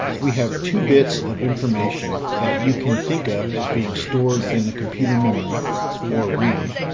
we have two bits of information that you can think of as being stored in the computer memory or ram.